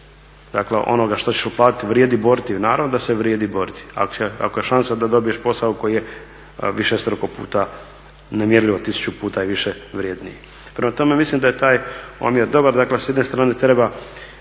dakle onoga što ćeš uplatiti vrijedi boriti … se vrijedi boriti, ako je šansa da dobiješ posao koji je višestruko puta, nemjerljivo, tisuću puta je više vrjedniji. Prema tome, mislim da je taj omjer dobar. Dakle, s jedne strane treba